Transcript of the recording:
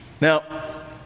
Now